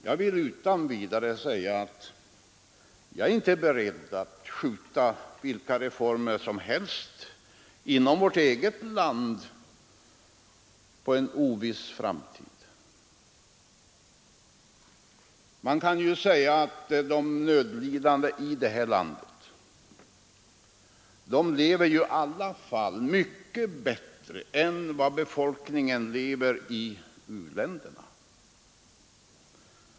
Jag vill utan vidare förklara att jag inte är beredd att skjuta vilka reformer som helst inom vårt land på en oviss framtid. Man kan ju säga att de nödlidande i detta land i alla fall lever mycket bättre än befolkningen i u-länderna.